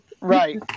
Right